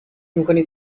میکنید